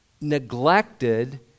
neglected